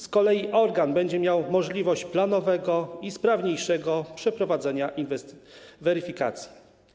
Z kolei organ będzie miał możliwość planowego i sprawniejszego przeprowadzenia weryfikacji.